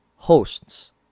Hosts